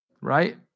right